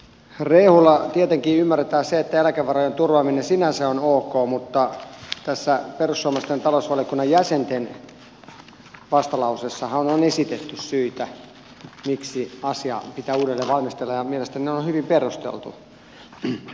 tietenkin ymmärretään se että eläkevarojen turvaaminen sinänsä on ok mutta tässä perussuomalaisten talousvaliokunnan jäsenten vastalauseessahan on esitetty syitä miksi asia pitää uudelleen valmistella ja mielestäni ne on hyvin perusteltu